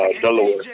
Delaware